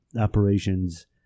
operations